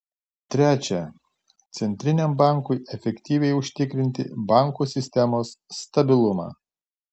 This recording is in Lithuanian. trečia centriniam bankui efektyviai užtikrinti bankų sistemos stabilumą